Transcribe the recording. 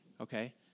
okay